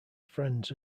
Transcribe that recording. friends